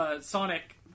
Sonic